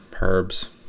herbs